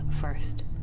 first